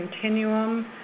continuum